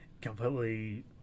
completely